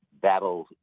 battle